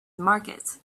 market